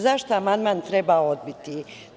Zašto amandman treba odbiti?